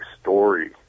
story